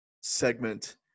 segment